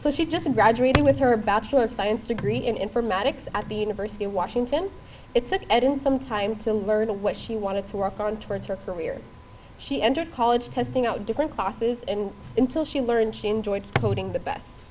so she just graduated with her bachelor's science degree in informatics at the university of washington it's an edge in some time to learn what she wanted to work on towards her career she entered college testing out different classes and until she learned she enjoyed coding the best